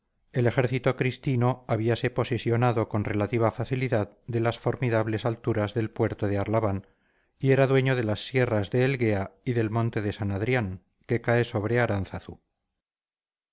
el ejército cristino habíase posesionado con relativa facilidad de las formidables alturas del puerto de arlabán y era dueño de las sierras de elguea y del monte de san adrián que cae sobre aránzazu